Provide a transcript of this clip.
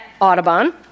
Audubon